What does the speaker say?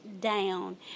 down